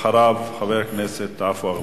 אחריו, חבר הכנסת עפו אגבאריה.